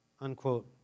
Unquote